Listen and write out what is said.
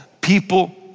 People